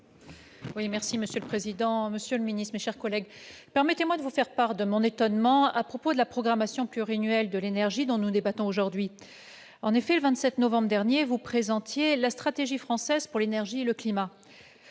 Bories. Monsieur le président, monsieur le ministre d'État, mes chers collègues, permettez-moi de vous faire part de mon étonnement à propos de la programmation pluriannuelle de l'énergie dont nous débattons aujourd'hui. Le 27 novembre dernier, monsieur le ministre d'État, vous présentiez la stratégie française pour l'énergie et le climat.